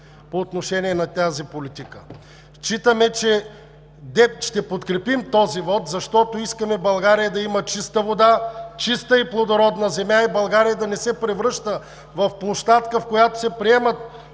по отношение на тази политика. Считаме, че ще подкрепим този вот, защото искаме България да има чиста вода, чиста и плодородна земя и България да не се превръща в площадка, в която се приемат